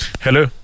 Hello